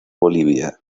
bolivia